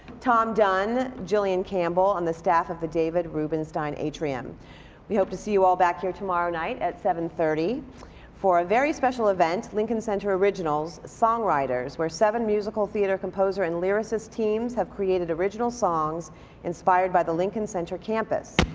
tom dunn, jillian campbell, and the staff of the david rubenstein atrium we hope to see you all back here tomorrow night at seven thirty for a very special event. lincoln center originals, songwriters. where seven musical theater composer and lyricist teams have created original songs inspired by the lincoln center campus.